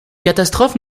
catastrophes